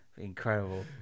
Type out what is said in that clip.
Incredible